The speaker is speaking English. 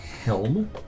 helm